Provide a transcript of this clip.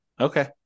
Okay